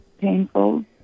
painful